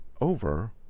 over